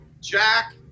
Jack